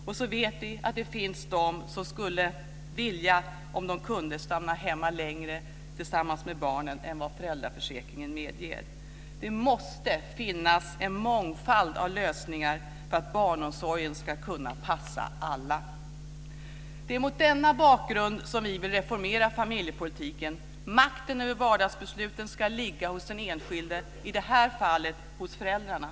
Och så vet vi att det finns de som, om de kunde, skulle vilja stanna hemma längre tillsammans med barnen än vad föräldraförsäkringen medger. Det måste finnas en mångfald av lösningar för att barnomsorgen ska kunna passa alla. Det är mot denna bakgrund som vi vill reformera familjepolitiken. Makten över vardagsbesluten ska ligga hos den enskilde, i det här fallet hos föräldrarna.